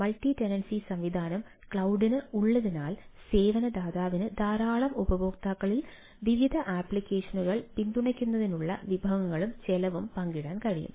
multi tenancy സംവിധാനം ക്ളൌടിനു ഉള്ളതിനാൽ സേവന ദാതാവിന് ധാരാളം ഉപയോക്താക്കളിൽ വിവിധ ആപ്ലിക്കേഷനുകൾ പിന്തുണയ്ക്കുന്നതിനുള്ള വിഭവങ്ങളും ചെലവും പങ്കിടാൻ കഴിയും